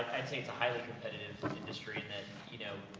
i'd say, it's a highly competitive but industry and you know,